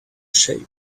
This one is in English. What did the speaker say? shape